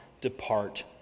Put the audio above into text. depart